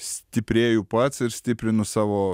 stiprėju pats ir stiprinu savo